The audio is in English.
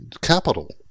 capital